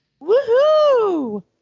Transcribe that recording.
Woohoo